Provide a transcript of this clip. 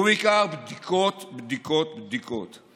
ובעיקר בדיקות, בדיקות, בדיקות.